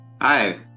Hi